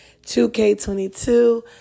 2K22